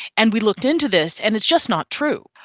and we looked into this and it's just not true.